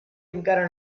encara